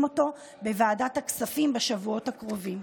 אותו בוועדת הכספים בשבועות הקרובים.